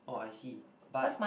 oh I see but